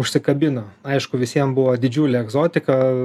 užsikabino aišku visiem buvo didžiulė egzotika